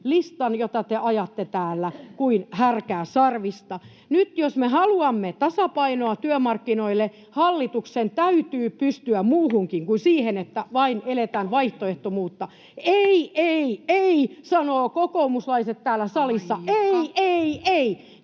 listan, jota te ajatte täällä kuin härkää sarvista. Nyt, jos me haluamme tasapainoa työmarkkinoille, hallituksen täytyy pystyä muuhunkin kuin siihen, että vain eletään vaihtoehdottomuutta. Ei, ei, ei, sanovat kokoomuslaiset täällä salissa. [Puhemies: